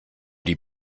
die